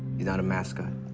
he's not a mascot.